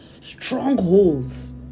strongholds